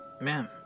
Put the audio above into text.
Ma'am